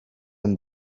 him